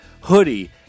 hoodie